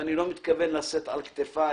ואני לא מתכוון לשאת על כתפיי